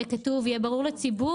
יהיה כתוב ויהיה ברור לציבור,